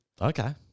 Okay